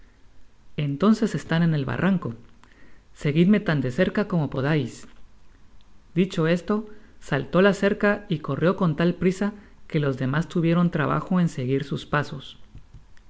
entonces están en el barranco seguidme tan de cerca como podais dicho esto saltó la cerca y corrió con tal prisa que los demás tuvieron trabajo en seguir sus pasos